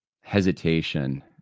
hesitation